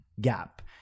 gap